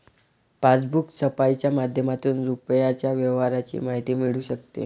passbook छपाईच्या माध्यमातून रुपयाच्या व्यवहाराची माहिती मिळू शकते